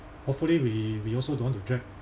hopefully we we also don't want to drag